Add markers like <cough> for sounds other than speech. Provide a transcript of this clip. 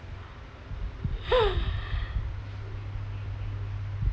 <noise>